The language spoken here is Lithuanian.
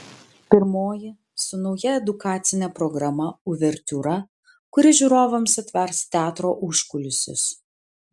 pirmoji su nauja edukacine programa uvertiūra kuri žiūrovams atvers teatro užkulisius